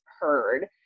heard